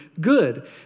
good